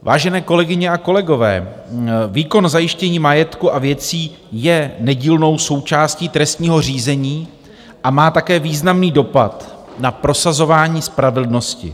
Vážené kolegyně a kolegové, výkon zajištění majetku a věcí je nedílnou součástí trestního řízení a má také významný dopad na prosazování spravedlnosti.